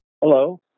Hello